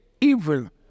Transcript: evil